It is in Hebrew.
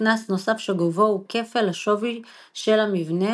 קנס נוסף שגובהו הוא כפל השווי של המבנה